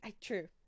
true